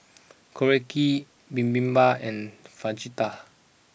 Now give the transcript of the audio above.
Korokke Bibimbap and Fajitas